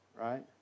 right